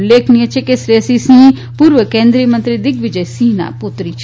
ઉલ્લેખનીય છે કે શ્રેયસી સિંહ પુર્વ કેન્દ્રીય મંત્રી દિગ્વીજય સિંહના પુત્રી છે